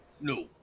No